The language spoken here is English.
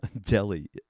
Delhi